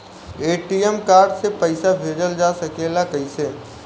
ATM card से पइसा भेजल जा सकेला कइसे?